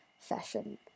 fashion